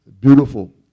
Beautiful